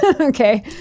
okay